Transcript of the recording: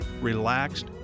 relaxed